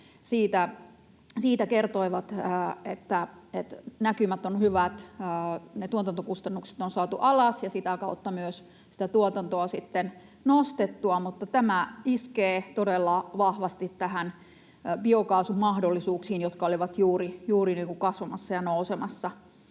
siitä kertoivat, että näkymät ovat hyvät, ne tuotantokustannukset on saatu alas ja sitä kautta myös tuotantoa sitten nostettua. Mutta tämä iskee todella vahvasti biokaasun mahdollisuuksiin, jotka olivat juuri kasvamassa ja nousemassa,